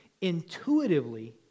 intuitively